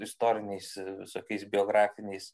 istoriniais visokiais biografiniais